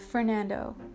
Fernando